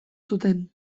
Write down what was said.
zuten